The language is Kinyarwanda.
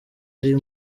ari